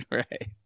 right